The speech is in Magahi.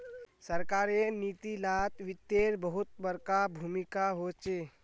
सरकारेर नीती लात वित्तेर बहुत बडका भूमीका होचे